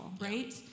Right